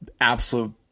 absolute